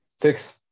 Six